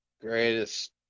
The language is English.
greatest